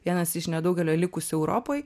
vienas iš nedaugelio likusių europoj